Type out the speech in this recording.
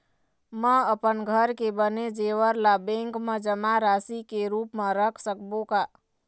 म अपन घर के बने जेवर ला बैंक म जमा राशि के रूप म रख सकबो का?